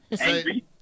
Angry